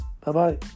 Bye-bye